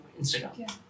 Instagram